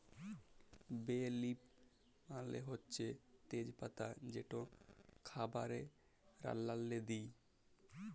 বে লিফ মালে হছে তেজ পাতা যেট খাবারে রাল্লাল্লে দিই